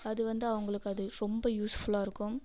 அது வந்து அவர்ங்களுக்கு வந்து ரொம்ப யூஸ்ஃபுல்லாக இருக்கும்